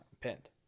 pinned